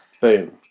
boom